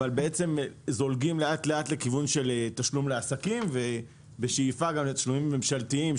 אבל זולגים לאט-לאט לכיוון של תשלום לעסקים בשאיפה לתשלומים ממשלתיים,